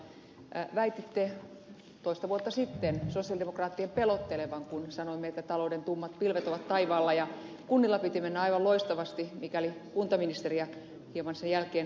väititte toista vuotta sitten sosialidemokraattien pelottelevan kun sanoimme että talouden tummat pilvet ovat taivaalla ja kunnilla piti mennä aivan loistavasti mikäli kuntaministeriä hieman sen jälkeen uskoi